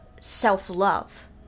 self-love